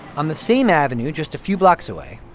on the same avenue just a few blocks away,